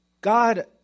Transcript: God